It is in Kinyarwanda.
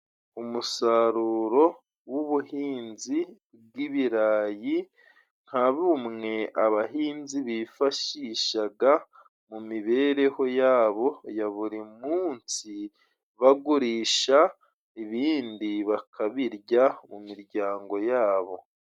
Umusaruro w'ubuhinzi bw'ibirayi nka bumwe abahinzi bifashishaga mu mibereho yabo ya buri munsi bagurisha ibindi bakabirya mu miryango yabo.